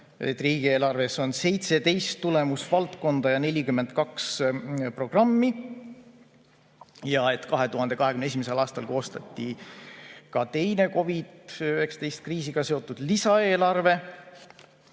riigieelarves on 17 tulemusvaldkonda ja 42 programmi ning et 2021. aastal koostati ka teine COVID-19 kriisiga seotud lisaeelarve.